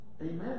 Amen